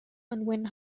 unwin